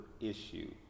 issue